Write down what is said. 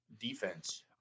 defense